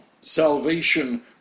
salvation